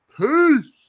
peace